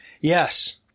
Yes